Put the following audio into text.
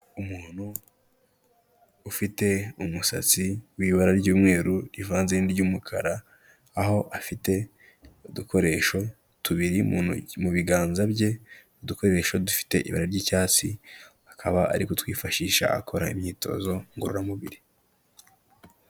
Umuntu ufite umusatsi w'ibara ry'umweru rivanze n'iryumukara, aho afite udukoresho tubiri mu biganza bye, udukoresho dufite ibara ry'icyatsi, akaba ari ku twifashisha akora imyitozo ngororamubiri.